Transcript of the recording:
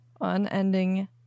Unending